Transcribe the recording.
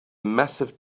massive